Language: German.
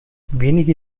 wenige